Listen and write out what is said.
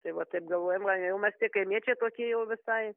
tai va taip galvoja man jau mes tie kaimiečiai tokie jau visai